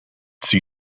see